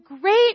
great